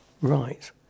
right